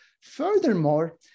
Furthermore